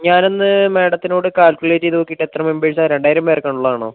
ഞാനൊന്ന് മാഡത്തിനോട് കാൽക്കുലേറ്റ് ചെയ്ത് നോക്കിയിട്ട് എത്ര മെമ്പേർസാണ് രണ്ടായിരം പേർക്കുള്ളതാണോ